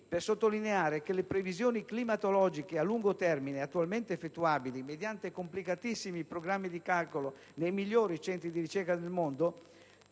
sottolineare che le previsioni climatologiche a lungo termine, attualmente effettuabili mediante complicatissimi programmi di calcolo nei migliori centri di ricerca del mondo,